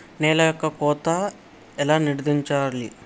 నేల యొక్క కోత ఎలా నిర్ధారించాలి?